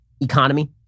economy